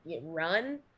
run